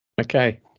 okay